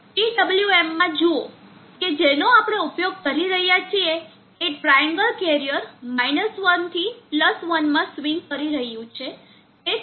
PWM માં જુઓ કે જેનો આપણે ઉપયોગ કરી રહ્યાં છીએ એ ટ્રાઈએન્ગલ કેરીઅર 1 થી 1 માં સ્વીંગ કરી રહ્યું છે